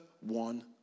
one